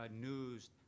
news